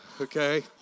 Okay